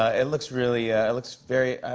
ah it looks really ah it looks very i